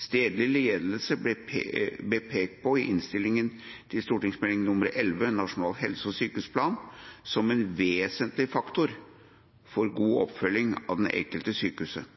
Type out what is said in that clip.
Stedlig ledelse ble pekt på i innstillingen til Meld. St. 11 for 2015–2016, Nasjonal helse- og sykehusplan, som en vesentlig faktor for god oppfølging av det enkelte sykehuset.